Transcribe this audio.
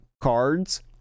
cards